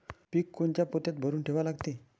पीक कोनच्या पोत्यात भरून ठेवा लागते?